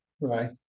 right